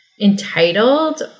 entitled